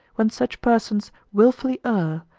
when such persons wilfully err,